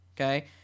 okay